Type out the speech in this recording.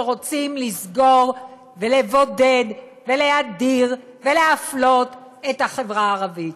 שרוצים לסגור ולבודד ולהדיר ולהפלות את החברה הערבית.